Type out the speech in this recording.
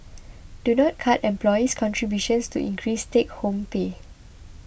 do not cut employee's contributions to increase take home pay